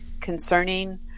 concerning